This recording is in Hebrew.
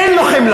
אין לו חמלה.